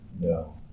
No